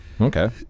okay